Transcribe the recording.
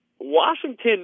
Washington